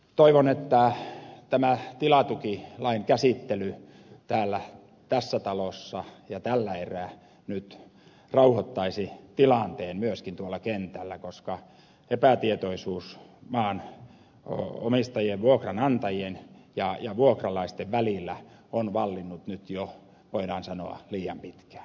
toivon että tämä tilatukilain käsittely tässä talossa ja tällä erää nyt rauhoittaisi tilanteen myöskin tuolla kentällä koska epätietoisuus maanomistajien vuokranantajien ja vuokralaisten välillä on vallinnut nyt jo voidaan sanoa liian pitkään